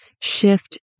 shift